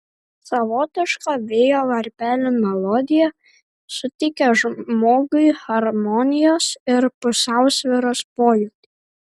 savotiška vėjo varpelių melodija suteikia žmogui harmonijos ir pusiausvyros pojūtį